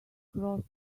cross